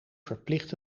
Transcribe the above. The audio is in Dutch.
verplicht